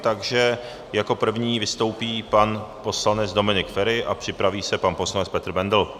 Takže jako první vystoupí pan poslanec Dominik Feri a připraví se pan poslanec Petr Bendl.